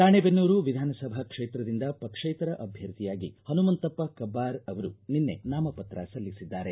ರಾಣೇಬೆನ್ನೂರು ವಿಧಾನಸಭಾ ಕ್ಷೇತ್ರದಿಂದ ಪಕ್ಷೇತರ ಅಭ್ಯರ್ಥಿಯಾಗಿ ಪನುಮಂತಪ್ಪ ಕಬ್ಬಾರ ಅವರು ನಿನ್ನೆ ನಾಮಪತ್ರ ಸಲ್ಲಿಸಿದ್ದಾರೆ